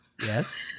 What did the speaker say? Yes